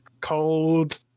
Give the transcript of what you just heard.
cold